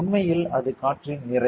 உண்மையில் அது காற்றின் நிறை